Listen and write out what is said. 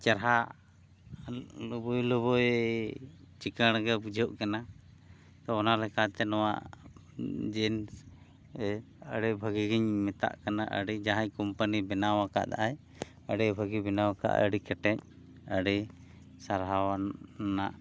ᱪᱮᱦᱨᱟ ᱞᱩᱵᱩᱭ ᱞᱩᱵᱩᱭ ᱪᱤᱠᱟᱹᱲ ᱜᱮ ᱵᱩᱡᱷᱟᱹᱜ ᱠᱟᱱᱟ ᱛᱚ ᱚᱱᱟ ᱞᱮᱠᱟᱛᱮ ᱱᱚᱣᱟ ᱡᱤᱱᱥ ᱟᱹᱰᱤ ᱵᱷᱟᱹᱜᱤ ᱜᱤᱧ ᱢᱮᱛᱟᱜ ᱠᱟᱱᱟ ᱟᱹᱰᱤ ᱡᱟᱦᱟᱸᱭ ᱠᱳᱢᱯᱟᱱᱤ ᱵᱮᱱᱟᱣ ᱠᱟᱫᱟᱭ ᱟᱹᱰᱤ ᱵᱷᱟᱹᱜᱤ ᱵᱮᱱᱟᱣ ᱠᱟᱫᱟᱭ ᱟᱹᱰᱤ ᱠᱮᱴᱮᱡ ᱟᱹᱰᱤ ᱥᱟᱨᱦᱟᱣᱱᱟᱜ